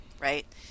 Right